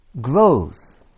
grows